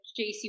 JC